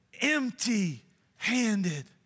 Empty-handed